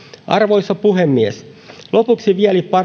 arvoisa puhemies lopuksi